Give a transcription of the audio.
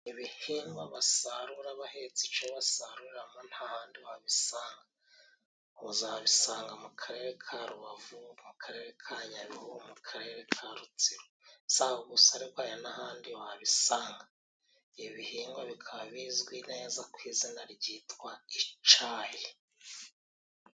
Ibihingwa basarura bahetse ico basaruramo ,nta handi wabisanga .Uzabisanga mu karere ka Rubavu ,mu karere ka Nyabihu ,mu karere ka Rutsiro. Saho gusa ariko hari n'ahandi wabisanga .Ibi bihingwa bikaba bizwi neza ku izina ryitwa icayi.